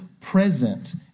present